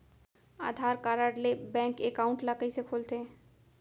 आधार card ले bank account ल कइसे खोलथे?